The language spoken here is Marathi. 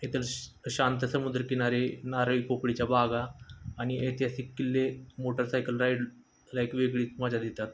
इथे श शांत समुद्रकिनारे नारळी पोफळीच्या बागा आणि ऐतिहासिक किल्ले मोटरसायकल राईड ला एक वेगळी मजा देतात